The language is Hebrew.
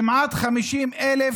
וכמעט 50,000